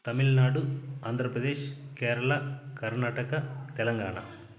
Tamil Nadu Andhra Pradesh Kerala Karnataka Telangana